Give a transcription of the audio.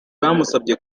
bamusabye